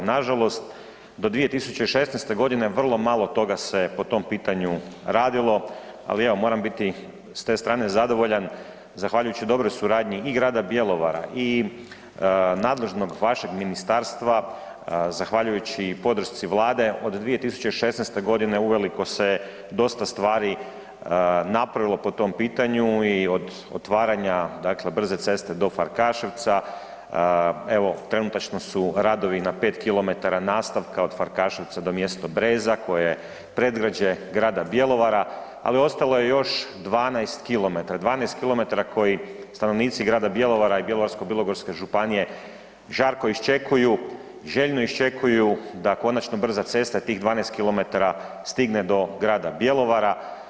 Nažalost, do 2016.g. vrlo malo toga se po tom pitanju radilo, ali evo moram biti s te strane zadovoljan zahvaljujući dobroj suradnji i grada Bjelovara i nadležnog vašeg ministarstva, zahvaljujući i podršci vlade, od 2016.g. uveliko se dosta stvari napravilo po tom pitanju i od otvaranja, dakle brze ceste do Farkaševca, evo trenutačno su radovi na 5 kilometara nastavka od Farkaševca do mjesto Breza koja je predgrađe grada Bjelovara, al ostalo je još 12 kilometara, 12 kilometara koji stanovnici grada Bjelovara i Bjelovarsko-bilogorske županije žarko iščekuju, željno iščekuju da konačno brza cesta i tih 12 kilometara stigne do grada Bjelovara.